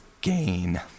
gain